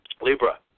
Libra